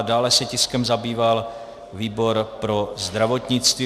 Dále se tiskem zabýval výbor pro zdravotnictví.